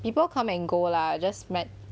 people come and go lah just met